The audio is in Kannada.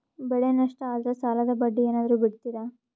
ಬೆಳೆ ನಷ್ಟ ಆದ್ರ ಸಾಲದ ಬಡ್ಡಿ ಏನಾದ್ರು ಬಿಡ್ತಿರಾ?